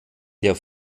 der